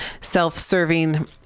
self-serving